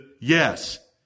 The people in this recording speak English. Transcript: yes